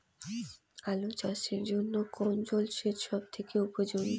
আলু চাষের জন্য কোন জল সেচ সব থেকে উপযোগী?